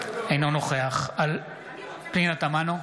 אינו נוכח פנינה תמנו,